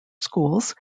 schools